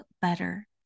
better